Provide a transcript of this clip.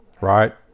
right